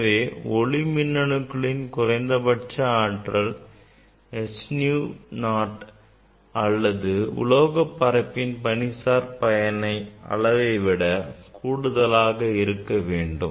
எனவே ஒளி மின்னணுக்களின் குறைந்தபட்ச ஆற்றல் h nu 0 அல்லது உலோகப் பரப்பின் பணிசார் பயன் அளவை விட கூடுதலாக இருக்க வேண்டும்